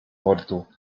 mordu